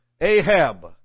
Ahab